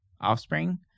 offspring